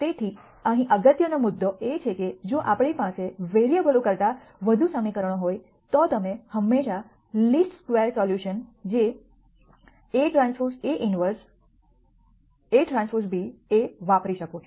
તેથી અહીં અગત્યનો મુદ્દો એ છે કે જો આપણી પાસે વેરીએબલો કરતાં વધુ સમીકરણો હોય તો તમે હંમેશાં આ લિસ્ટ સ્ક્વેર સોલ્યુશન જે Aᵀ A 1 Aᵀ b એ વાપરી શકો છો